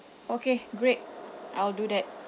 okay great I'll do that